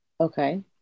Okay